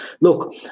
look